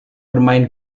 bermain